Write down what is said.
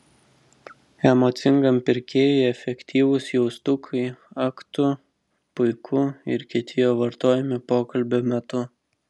emocingam pirkėjui efektyvūs jaustukai ak tu puiku ir kiti jo vartojami pokalbio metu